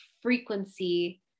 frequency